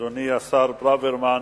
אדוני השר ברוורמן,